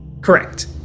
Correct